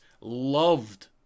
loved